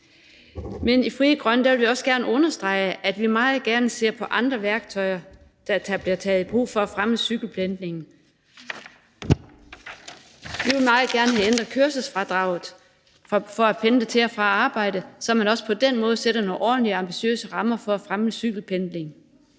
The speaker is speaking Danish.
Men i Frie Grønne vil vi også gerne understrege, at vi meget gerne ser på andre værktøjer, der bliver taget i brug, for at fremme cykelpendling. Vi vil meget gerne have ændret kørselsfradraget for at pendle til og fra arbejde, så man også på den måde sætter nogle ordentlige og ambitiøse rammer for at fremme cykelpendling.